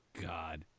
God